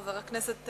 חבר הכנסת